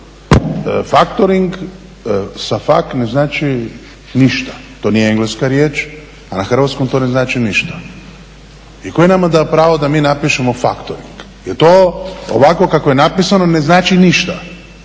Faktoring ne znači ništa. To nije engleska riječ, a na hrvatskom to ne znači ništa. I tko je nama dao pravo da mi napišemo faktoring? Jer to ovako kako je napisano ne znači ništa.